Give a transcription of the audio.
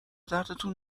دردتون